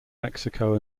mexico